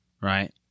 right